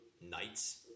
knights